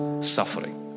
suffering